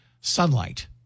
sunlight